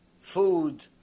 food